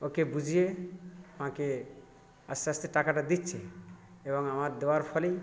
ওকে বুঝিয়ে আমাকে আস্তে আস্তে টাকাটা দিচ্ছে এবং আমার দেওয়ার ফলেই